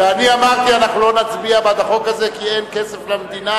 ואני אמרתי: אנחנו לא נצביע בעד החוק הזה כי אין כסף למדינה,